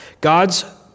God's